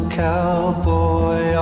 cowboy